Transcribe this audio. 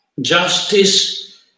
justice